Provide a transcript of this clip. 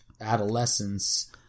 adolescence